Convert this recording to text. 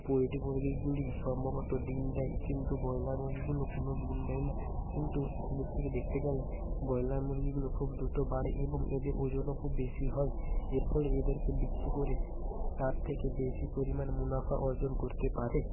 poultry মুরগিগুলি সম্ভবত ডিম দেয় কিন্তু ব্রয়লার মুরগিগুলো কোনো ডিম দেয় না কিন্তু এক দিক থেকে দেখতে গেলে ব্রয়লার মুরগিগুলো খুব দ্রুত বাড়ে এবং এদের ওজনও খুব বেশি হয় এর ফলে এদেরকে বিক্রি করে তার থেকে বেশি পরিমাণ মুনাফা অর্জন করতে পারে